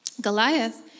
Goliath